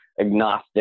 agnostic